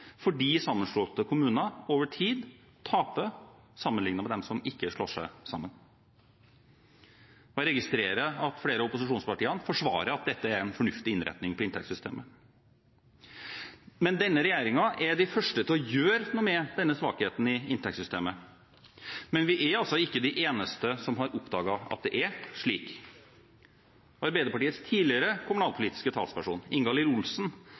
fordi sammenslåtte kommuner over tid taper sammenlignet med dem som ikke slår seg sammen. Jeg registrerer at flere av opposisjonspartiene forsvarer at dette er en fornuftig innretning på inntektssystemet. Denne regjeringen er den første til å gjøre noe med denne svakheten i inntektssystemet, men vi er altså ikke de eneste som har oppdaget at det er slik. Arbeiderpartiets tidligere kommunalpolitiske talsperson Ingalill Olsen